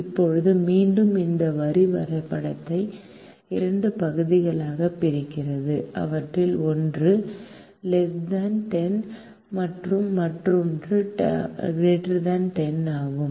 இப்போது மீண்டும் இந்த வரி வரைபடத்தை இரண்டு பகுதிகளாகப் பிரிக்கிறது அவற்றில் ஒன்று 10 மற்றும் மற்றொன்று 10 ஆகும்